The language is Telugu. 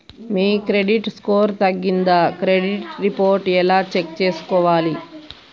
మీ క్రెడిట్ స్కోర్ తగ్గిందా క్రెడిట్ రిపోర్ట్ ఎలా చెక్ చేసుకోవాలి?